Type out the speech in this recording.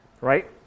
Right